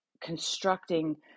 constructing